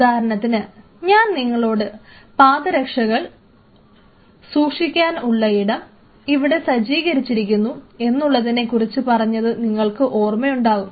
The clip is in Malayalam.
ഉദാഹരണത്തിന് ഞാൻ നിങ്ങളോട് പാദരക്ഷകൾ സൂക്ഷിക്കാനുള്ള ഇടം അവിടെ സജ്ജീകരിച്ചിരിക്കുന്നു എന്നുള്ളതിനെ കുറിച്ച് പറഞ്ഞത് നിങ്ങൾ ഓർക്കുന്നുണ്ടാവും